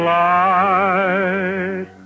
light